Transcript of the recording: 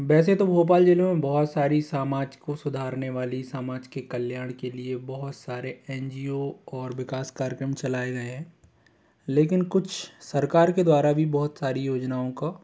वैसे तो भोपाल ज़िले में बहुत सारी सामाज को सुधारने वाली समाज के कल्याण के लिए बहुत सारे एन जी ओ और विकास कार्यक्रम चलाए गए लेकिन कुछ सरकार के द्वारा भी बहुत सारी योजनाओं का